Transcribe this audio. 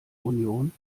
union